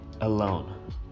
alone